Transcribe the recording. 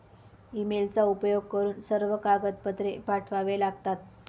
ईमेलचा उपयोग करून सर्व कागदपत्रे पाठवावे लागतात